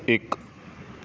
ਇੱਕ